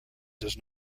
does